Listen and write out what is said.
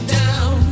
down